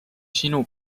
sinu